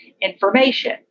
information